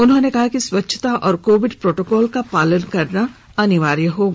उन्होंने कहा कि स्वच्छता और कोविड प्रोटोकॉल का पालन करना होगा